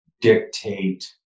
dictate